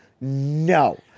No